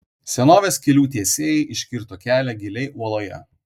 senovės kelių tiesėjai iškirto kelią giliai uoloje